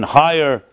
higher